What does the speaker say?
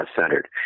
centered